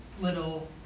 little